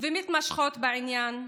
ומתמשכות בעניין,